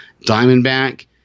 Diamondback